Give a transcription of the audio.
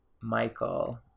Michael